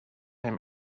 him